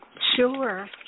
Sure